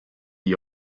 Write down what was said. gli